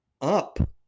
up